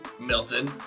Milton